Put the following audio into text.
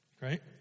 Right